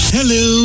Hello